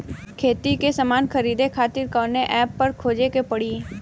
खेती के समान खरीदे खातिर कवना ऐपपर खोजे के पड़ी?